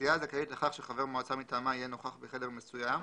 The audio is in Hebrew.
סיעה הזכאית לכך שחבר מועצה מטעמה יהיה נוכח בחדר מסוים,